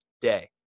day